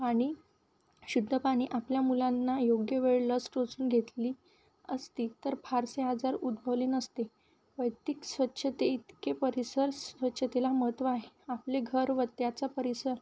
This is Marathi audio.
आणि शुद्ध पाणी आपल्या मुलांना योग्य वेळ लस टोचून घेतली असती तर फारसे आजार उदभवले नसते वैयतिक स्वच्छते इतके परिसर स्वच्छतेला महत्त्व आहे आपले घर व त्त्याचा परिसर